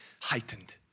heightened